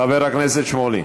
חבר הכנסת שמולי.